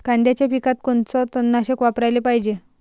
कांद्याच्या पिकात कोनचं तननाशक वापराले पायजे?